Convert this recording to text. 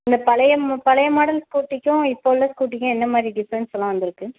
இல்லை பழைய மு பழைய மாடல் ஸ்கூட்டிக்கும் இப்போ உள்ள ஸ்கூட்டிக்கும் என்ன மாதிரி டிஃப்ரெண்ட்ஸ் எல்லாம் வந்துயிருக்கு